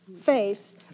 face